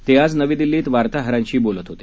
ते आज नवी दिल्लीत वार्ताहरांशी बोलत होते